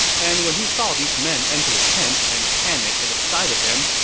and when he saw these men enter the tent and panic at the sight of him,